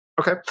Okay